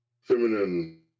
feminine